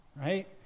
right